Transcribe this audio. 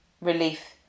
relief